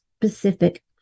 specific